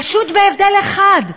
פשוט, בהבדל אחד,